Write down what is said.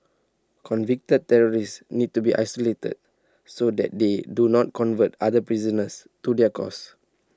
convicted terrorists need to be isolated so that they do not convert other prisoners to their cause